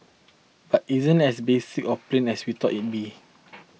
but it isn't as basic or plain as we thought it'd be